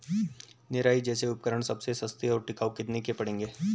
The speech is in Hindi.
निराई जैसे उपकरण सबसे सस्ते और टिकाऊ कितने के पड़ेंगे?